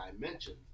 dimensions